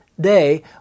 day